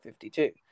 52